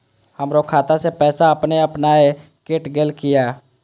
हमरो खाता से पैसा अपने अपनायल केट गेल किया?